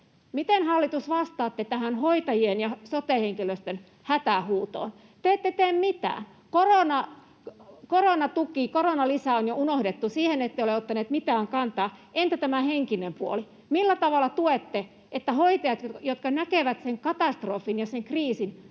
Miten, hallitus, vastaatte tähän hoitajien ja sote-henkilöstön hätähuutoon? Te ette tee mitään. Koronatuki, koronalisä on jo unohdettu. Siihen ette ole ottaneet mitään kantaa. Entä tämä henkinen puoli? Millä tavalla tuette, että hoitajat, jotka näkevät sen katastrofin ja sen kriisin,